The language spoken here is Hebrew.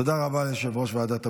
תודה רבה ליושב-ראש ועדת הבריאות.